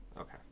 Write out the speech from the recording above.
Okay